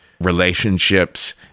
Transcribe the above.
relationships